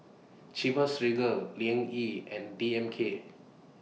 Chivas Regal Liang Yi and D M K